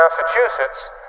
Massachusetts